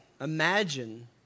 Imagine